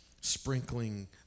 sprinkling